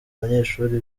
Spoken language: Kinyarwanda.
abanyeshuri